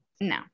No